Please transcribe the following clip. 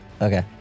Okay